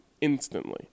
instantly